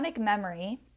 memory